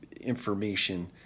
information